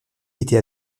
été